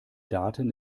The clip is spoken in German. daten